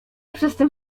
przedtem